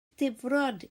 difrod